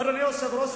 אדוני היושב-ראש,